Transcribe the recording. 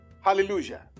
hallelujah